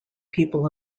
people